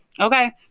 Okay